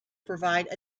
provide